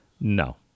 No